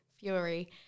fury